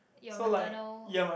you maternal